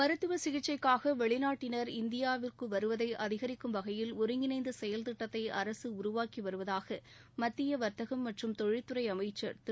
மருத்துவ சிகிச்சைக்காக வெளிநாட்டினர் இந்தியாவுக்கு வருவதை அதிகரிக்கும் வகையில் ஒருங்கிணைந்த செயல்திட்டத்தை அரசு உருவாக்கி வருவதாக மத்திய வர்த்தகம் மற்றும் தொழில்துறை அமைச்சர் திரு